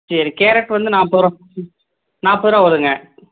சரி கேரட் வந்து நாற்பதுருவா ம் நாற்பதுருவா வரும்ங்க